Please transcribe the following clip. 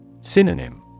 Synonym